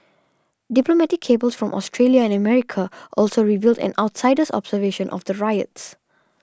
diplomatic cables from Australia and America also revealed an outsider's observation of the riots